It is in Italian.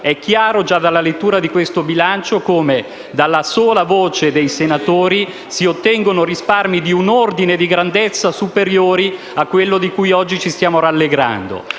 è chiaro, già dalla lettura di questo bilancio, come dalla sola voce dei senatori si ottengano risparmi di un ordine di grandezza superiore a quello di cui oggi ci stiamo rallegrando.